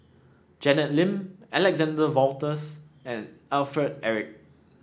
Janet Lim Alexander Wolters and Alfred Eric